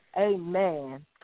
Amen